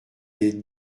des